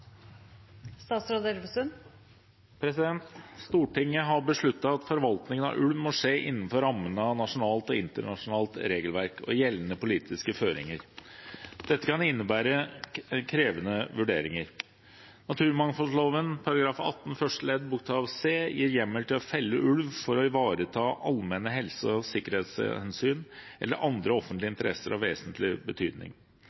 Stortinget har besluttet at forvaltning av ulv må skje innenfor rammene av nasjonalt og internasjonalt regelverk og gjeldende politiske føringer. Dette kan innebære krevende vurderinger. Naturmangfoldloven § 18 første ledd bokstav c gir hjemmel til å felle ulv for å «ivareta allmenne helse- og sikkerhetshensyn eller andre offentlige